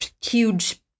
huge